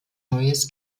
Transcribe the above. neues